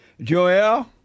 Joelle